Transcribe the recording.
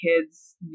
kids